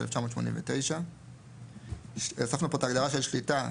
התשמ"ט-1989; הוספנו פה את ההגדרה של שליטה,